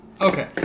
okay